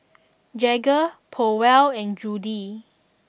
Jagger Powell and Judy